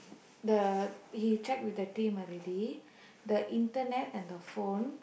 the he check with the team already the internet and the phone